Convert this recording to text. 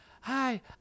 Hi